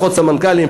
פחות סמנכ"לים,